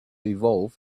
evolve